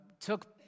took